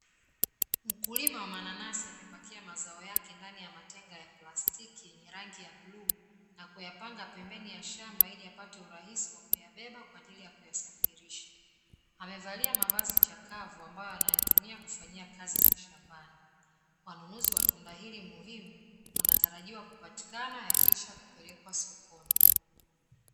Mkulima wa mananasi amepakia mazao yake ndani ya matenga ya plastiki yenye rangi ya bluu na kuyapanga pembeni ya shamba ili apate urahisi wa kuyabeba kwa ajili ya kuyasafirisha. Amevalia mavazi chakavu ambayo anayatumia kufanyia kazi za shambani, wanunuzi wa tunda hili muhimu wanatarajiwa kupatikana na kisha kupelekwa sokoni.